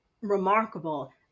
remarkable